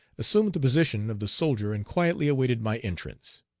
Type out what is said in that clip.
assumed the position of the soldier, and quietly awaited my entrance.